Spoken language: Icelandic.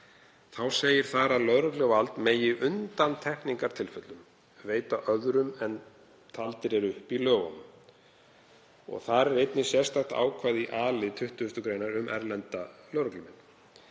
þá segir þar að lögregluvald megi í undantekningartilfellum veita öðrum en taldir eru upp í lögunum. Þar er einnig sérstakt ákvæði, í a-lið 20. gr., um erlenda lögreglumenn.